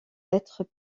lettres